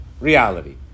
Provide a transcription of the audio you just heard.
reality